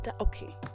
okay